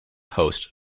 host